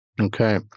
Okay